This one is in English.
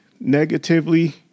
negatively